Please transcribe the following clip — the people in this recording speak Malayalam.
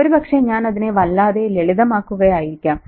ഒരുപക്ഷേ ഞാൻ അതിനെ വല്ലാതെ ലളിതമാക്കുകയായിരിക്കാം